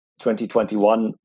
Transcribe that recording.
2021